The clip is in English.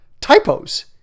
Typos